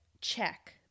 check